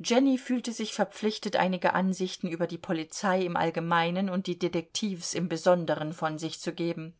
jenny fühlte sich verpflichtet einige ansichten über die polizei im allgemeinen und die detektivs im besonderen von sich zu geben